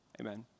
Amen